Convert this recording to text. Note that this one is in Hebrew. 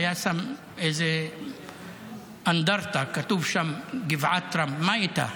הוא שם איזה אנדרטה, כתוב שם גבעת טראמפ, מה איתה?